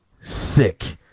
sick